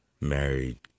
married